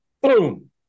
boom